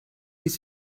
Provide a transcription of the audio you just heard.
ließ